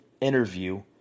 interview